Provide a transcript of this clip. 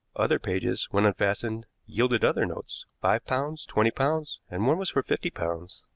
other pages, when unfastened, yielded other notes five pounds, twenty pounds, and one was for fifty pounds.